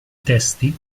testi